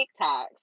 TikToks